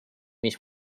mis